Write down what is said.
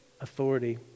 authority